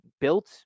Built